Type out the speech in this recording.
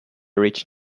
rich